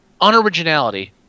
unoriginality